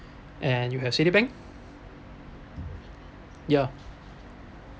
and you have Citibank ya